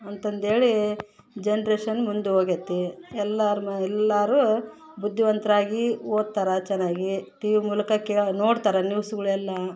ಅಂತಂದೇಳೀ generation ಮುಂದೋಗೆತಿ ಎಲ್ಲಾರು ಮ ಎಲ್ಲರೂ ಬುದ್ದಿವಂತರಾಗಿ ಓದ್ತಾರೆ ಚೆನ್ನಾಗಿ ಟಿ ವಿ ಮೂಲಕ ಕೇಳಿ ನೋಡ್ತಾರೆ ನ್ಯೂಸುಗಳೆಲ್ಲ